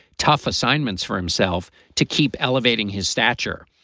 tough assignments for himself to keep elevating his stature,